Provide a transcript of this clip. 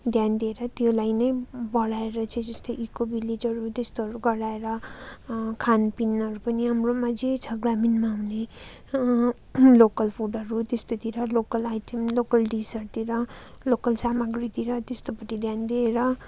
ध्यान दिएर त्यसलाई नै बढाएर चाहिँ जस्तै इको भिलेजहरू त्यस्ताहरू गराएर खानपिनहरू पनि हाम्रोमा जे छ ग्रामीणमा हुने हामीले लोकल फुडहरू त्यस्तातिर लोकल आइटम लोकल डिसहरूतिर लोकल सामग्रीतिर त्यस्तोपट्टि ध्यान दिएर